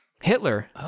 Hitler